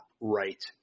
right